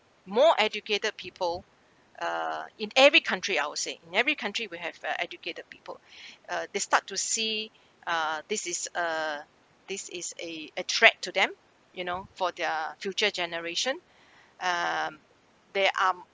more educated people uh in every country I would say in every country we have uh educated people uh they start to see uh this is uh this is a a threat to them you know for their future generation um they are